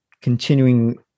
continuing